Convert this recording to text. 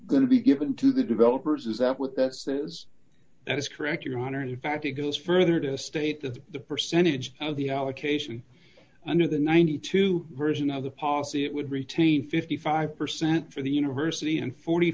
going to be given to the developers is that with that says that's correct your honor in fact it goes further to state that the percentage of the allocation under the ninety two dollars version of the policy it would retain fifty five percent for the university and forty